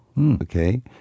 okay